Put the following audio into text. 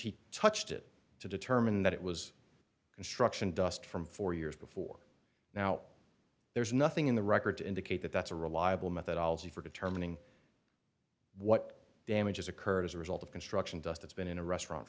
he touched it to determine that it was construction dust from four years before now there's nothing in the record to indicate that that's a reliable methodology for determining what damages occurred as a result of construction dust that's been in a restaurant